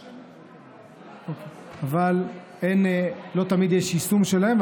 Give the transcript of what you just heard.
אבל לא תמיד יש יישום שלהן.